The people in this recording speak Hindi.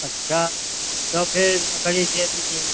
अच्छा तो फिर लकड़ी दे दीजिए